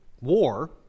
war